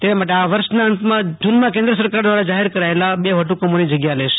તેઓ આ વર્ષે જૂનમાં કેન્દ્ર સરકાર દ્વારા જાહેર કરાયેલા બે વટહુકમોની જગ્યા લેશે